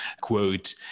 quote